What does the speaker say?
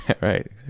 right